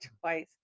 twice